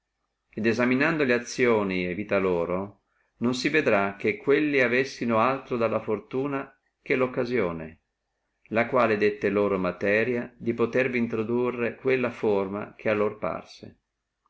et esaminando le azioni e vita loro non si vede che quelli avessino altro dalla fortuna che la occasione la quale dette loro materia a potere introdurvi drento quella forma parse loro e